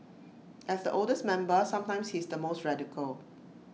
as the oldest member sometimes he's the most radical